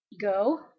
go